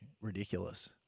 ridiculous